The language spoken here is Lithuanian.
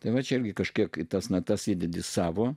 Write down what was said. tai va čia irgi kažkiek tas natas įdedi savo